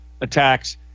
attacks